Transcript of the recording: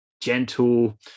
gentle